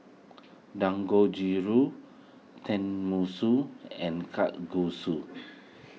Dangojiru Tenmusu and Kalguksu